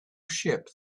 ship